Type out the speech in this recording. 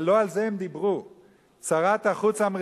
לא על זה הם דיברו.